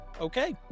Okay